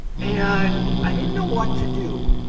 and i didn't know what to do.